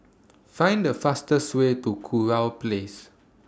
Find The fastest Way to Kurau Place